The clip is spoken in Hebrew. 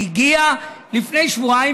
והוא הגיע לפני שבועיים,